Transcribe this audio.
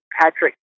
Patrick